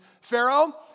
Pharaoh